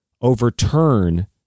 overturn